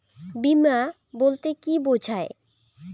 বিমা বলতে কি বোঝায়?